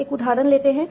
एक उदाहरण लेते हैं